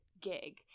gig